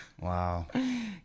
Wow